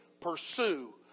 pursue